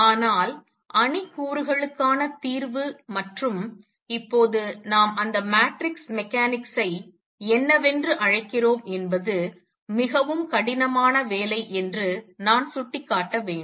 ஆனால் அணி கூறுகளுக்கான தீர்வு மற்றும் இப்போது நாம் அந்த மேட்ரிக்ஸ் மெக்கானிக்ஸ் ஐ என்னவென்று அழைக்கிறோம் என்பது மிகவும் கடினமான வேலை என்று நான் சுட்டிக்காட்ட வேண்டும்